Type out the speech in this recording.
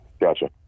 Gotcha